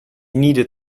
needed